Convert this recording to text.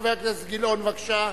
חבר הכנסת גילאון, בבקשה.